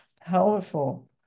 powerful